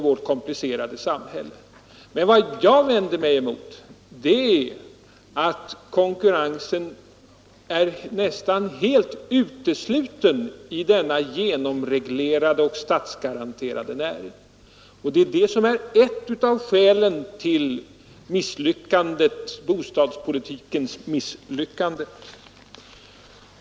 Vad jag vänder mig emot är att konkurrensen är nästan helt utesluten i denna genomreglerade och statsgaranterade näring, vilket är ett av skälen till bostadspolitikens misslyckande.